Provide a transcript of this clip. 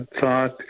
thought